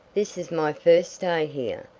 this is my first day here,